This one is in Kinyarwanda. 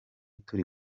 turi